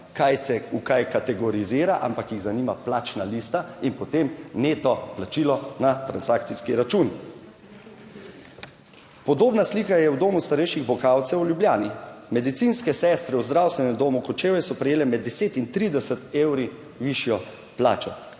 kaj se v kaj kategorizira, ampak jih zanima plačna lista in potem neto plačilo na transakcijski račun. Podobna slika je v Domu starejših Bokalcev v Ljubljani. Medicinske sestre v Zdravstvenem domu Kočevje so prejele med 10 in 30 evri višjo plačo.